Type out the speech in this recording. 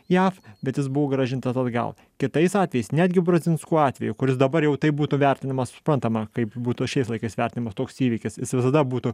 jav bet jis buvo grąžintas atgal kitais atvejais netgi brazinskų atveju kuris dabar jau taip būtų vertinamas suprantama kaip būtų šiais laikais vertinamas toks įvykis jis visada būtų